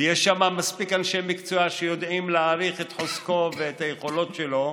ויש שם מספיק אנשי מקצוע שיכולים להעריך את חוזקו ואת היכולות שלו,